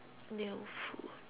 new food